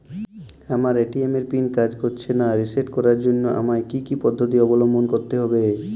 আমার এ.টি.এম এর পিন কাজ করছে না রিসেট করার জন্য আমায় কী কী পদ্ধতি অবলম্বন করতে হবে?